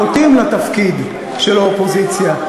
חוטאים לתפקיד של האופוזיציה.